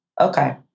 Okay